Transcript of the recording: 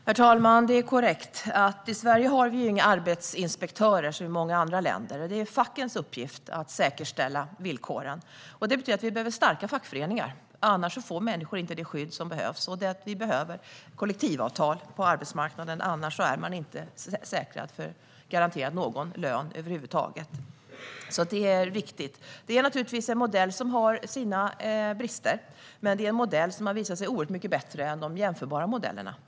Herr talman! Det är korrekt. I Sverige har vi inga arbetsinspektörer som i många andra länder. Det är fackens uppgift att säkerställa villkoren. Det betyder att vi behöver starka fackföreningar. Annars får människor inte det skydd som behövs. Vi behöver kollektivavtal på arbetsmarknaden. Annars är man inte garanterad någon lön över huvud taget. Det är viktigt. Det är naturligtvis en modell som har sina brister. Men det är en modell som har visat sig oerhört mycket bättre än de jämförbara modellerna.